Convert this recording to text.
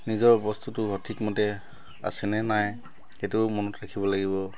নিজৰ বস্তুটো সঠিক মতে আছেনে নাই সেইটো মনত ৰাখিব লাগিব